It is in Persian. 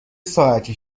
ساعتی